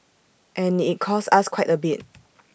and IT costs us quite A bit